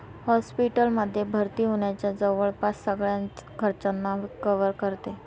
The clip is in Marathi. हॉस्पिटल मध्ये भर्ती होण्याच्या जवळपास सगळ्याच खर्चांना कव्हर करते